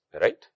right